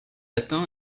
latin